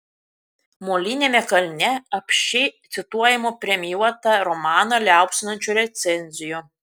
moliniame kalne apsčiai cituojamų premijuotą romaną liaupsinančių recenzijų